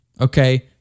Okay